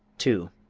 two.